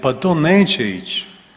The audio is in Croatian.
Pa to neće ići!